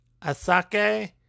Asake